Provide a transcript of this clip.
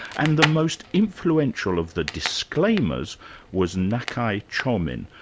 and the most influential of the disclaimers was nakae chomin.